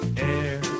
air